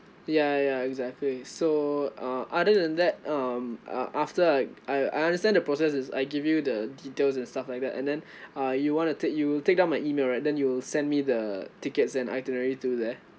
ya ya exactly so uh other than that um uh after I I I understand the process is I give you the details and stuff like that and then uh you wanna take you will take down my email right then you'll send me the tickets and itinerary through there